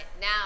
Now